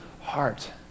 heart